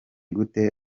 gute